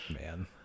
Man